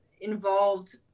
involved